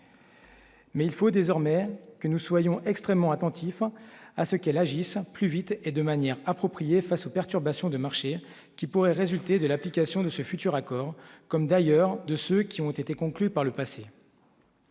Mais il faut désormais que nous soyons extrêmement attentifs à ce qu'elles agissent plus vite et de manière appropriée face aux perturbations des marchés qui pourraient résulter de l'application de ce futur accord comme d'ailleurs de ce qui ont été conclus par le passé.